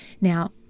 Now